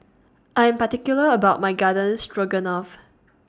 I'm particular about My Garden Stroganoff